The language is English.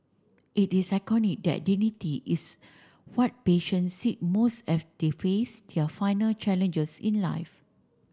it is iconic that dignity is what patient seek most as they face their final challenges in life